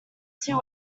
two